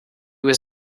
was